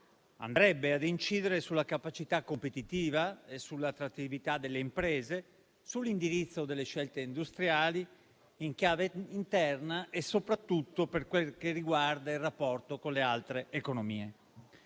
infatti a incidere sulla capacità competitiva, sull'attrattività delle imprese, sull'indirizzo delle scelte industriali in chiave interna e soprattutto per quel che riguarda il rapporto con le altre economie.